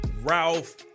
Ralph